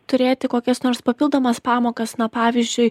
turėti kokias nors papildomas pamokas na pavyzdžiui